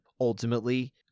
Ultimately